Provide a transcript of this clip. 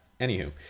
anywho